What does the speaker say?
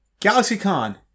GalaxyCon